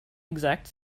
exact